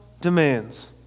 demands